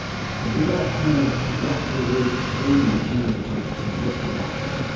but you've got to kind of work your way through the material to to get to that.